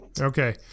okay